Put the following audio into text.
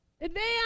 Advance